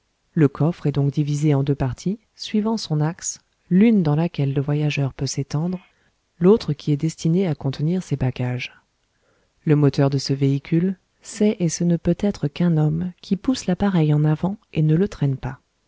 le coffre est donc divisé en deux parties suivant son axe l'une dans laquelle le voyageur peut s'étendre l'autre qui est destinée à contenir ses bagages le moteur de ce véhicule c'est et ce ne peut être qu'un homme qui pousse l'appareil en avant et ne le traîne pas